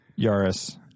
Yaris